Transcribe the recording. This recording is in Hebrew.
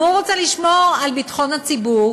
אם הוא רוצה לשמור על ביטחון הציבור,